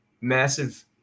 massive